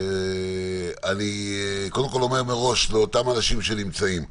אני אומר מראש לאותם אנשים שנמצאים פה: